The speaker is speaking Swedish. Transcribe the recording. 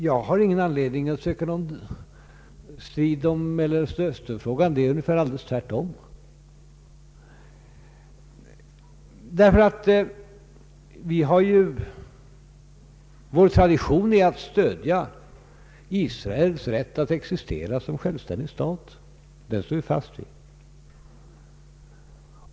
Jag har ingen anledning att söka strid om Mellersta Östern-frågan, tvärtom, Vår tradition är ju att stödja Israels rätt att existera som självständig stat. Den står vi fast vid.